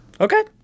okay